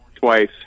twice